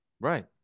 Right